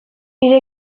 nire